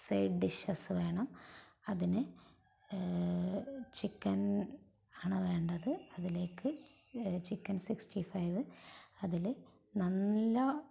side dishes വേണം അതിന് chicken ആണ് വേണ്ടത് അതിലേക്ക് ചിക്കൻ സിക്സ്റ്റി ഫൈവ് അതില് നല്ല